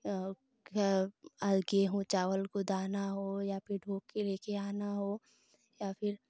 गेहूँ चावल को दाना हो या फिर ढ़ो कर ले कर आना हो या फिर